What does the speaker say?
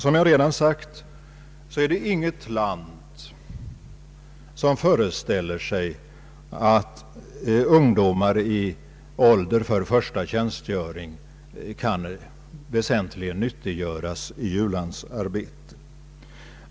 Som jag redan sagt är det inget land som föreställer sig att ungdomar i åldern för första tjänstgöring kan väsentligen nyttiggöras i u-landsarbete.